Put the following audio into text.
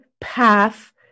path